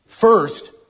first